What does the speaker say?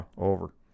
Over